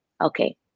okay